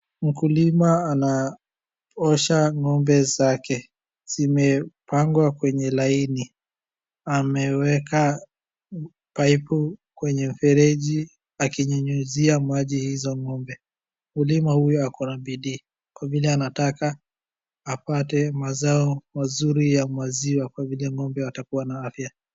Mkulima anaosha ngombe zake, zimepangwa kwenye laini, ameweka paipu kwenye mfereji akinyunyuzia maji hizo ng'ombe, mkulima huyo ako na bidii kwa vile anataka apate mazao mazuri ya maziwa kwa vile ngombe atakua na afya.